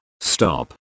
Stop